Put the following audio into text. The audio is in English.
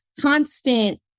constant